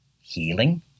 healing